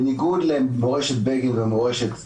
בניגוד למורשת בגין ולמורשת רבין,